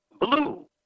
blue